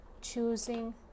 choosing